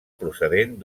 procedent